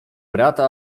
brata